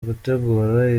gutegura